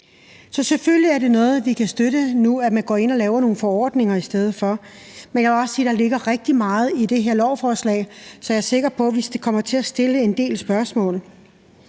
selvfølgelig er det noget, vi kan støtte, altså at man går ind og laver nogle forordninger i stedet for, men jeg vil også sige, at der ligger rigtig meget i det her lovforslag, så jeg er sikker på, at vi kommer til at stille en del spørgsmål.